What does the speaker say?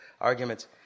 arguments